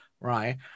right